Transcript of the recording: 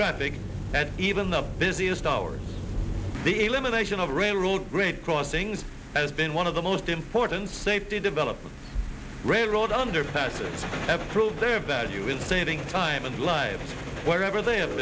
traffic that even the busiest hours the elimination of railroad great crossings has been one of the most important safety developed railroad underpass ever prove their value with saving time and life wherever they have